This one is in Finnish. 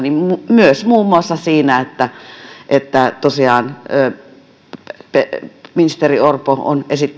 myös muun muassa siinä että ministeri orpo on